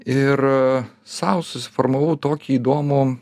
ir sau susiformavau tokį įdomų